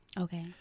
Okay